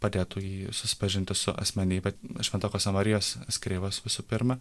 padėtų jį susipažinti su asmenybe švento chosė marijos eskrivos visų pirma